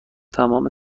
تمام